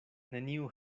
neniu